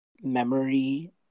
memory